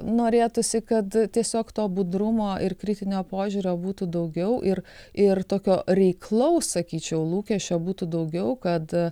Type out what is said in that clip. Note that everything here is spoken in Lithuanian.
norėtųsi kad tiesiog to budrumo ir kritinio požiūrio būtų daugiau ir ir tokio reiklaus sakyčiau lūkesčio būtų daugiau kad